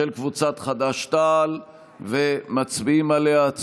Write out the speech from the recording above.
של קבוצת חד"ש-תע"ל, ומצביעים עליה.